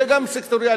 זה גם סקטוריאלי.